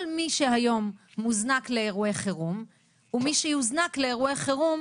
כל מי שהיום מוזנק לאירוע חירום ומי שיוזנק לאירוע חירום,